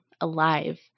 alive